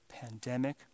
pandemic